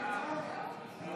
להעביר